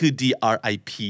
drip